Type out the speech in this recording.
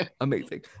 Amazing